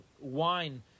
wine